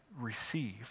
Receive